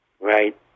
Right